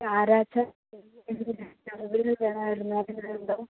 ആരാച്ചാർ